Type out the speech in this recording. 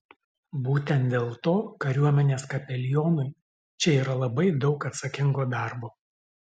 būtent dėl to kariuomenės kapelionui čia yra labai daug atsakingo darbo